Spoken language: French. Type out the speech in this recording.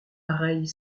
pareil